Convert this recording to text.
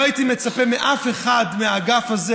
לא הייתי מצפה מאף אחד מהאגף הזה